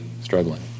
struggling